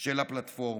של הפלטפורמה.